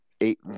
eight